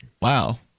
Wow